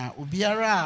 ubiara